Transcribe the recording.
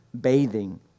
bathing